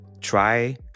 try